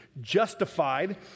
Justified